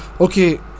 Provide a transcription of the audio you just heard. okay